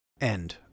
End